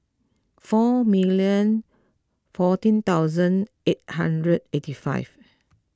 four million fourteen thousand eight hundred eighty five